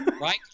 right